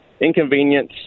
inconvenience